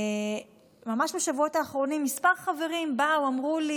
ממש בשבועות האחרונים כמה חברים באו ואמרו לי